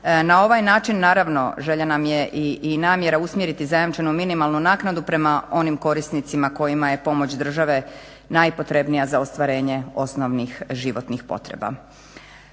Na ovaj način naravno želja nam je i namjera usmjeriti zajamčenu minimalnu naknadu prema onim korisnicima kojima je pomoć države najpotrebnija za ostvarenje osnovnih životnih potreba.